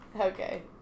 okay